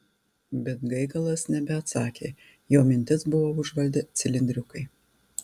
bet gaigalas nebeatsakė jo mintis buvo užvaldę cilindriukai